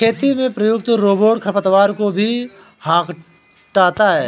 खेती में प्रयुक्त रोबोट खरपतवार को भी हँटाता है